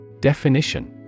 Definition